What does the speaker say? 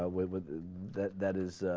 ah with with that that is